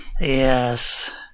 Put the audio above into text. Yes